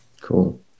Cool